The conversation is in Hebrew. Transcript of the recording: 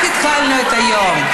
רק התחלנו את היום.